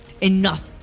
enough